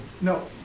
No